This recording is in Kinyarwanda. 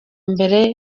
mbere